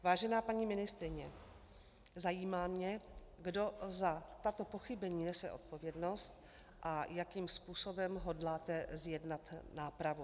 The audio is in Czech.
Vážená paní ministryně, zajímá mě, kdo za tato pochybení nese odpovědnost a jakým způsobem hodláte zjednat nápravu.